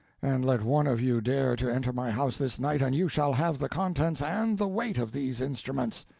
and let one of you dare to enter my house this night and you shall have the contents and the weight of these instruments.